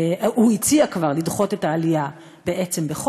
הוא הציע כבר לדחות את העלייה בחודש,